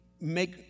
make